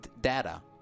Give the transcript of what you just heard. data